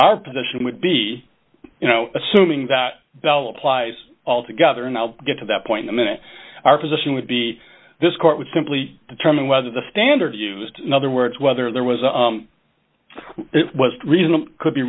our position would be you know assuming that applies all together and i'll get to that point the minute our position would be this court would simply determine whether the standard used in other words whether there was a reasonable could be